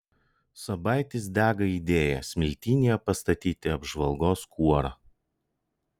sabaitis dega idėja smiltynėje pastatyti apžvalgos kuorą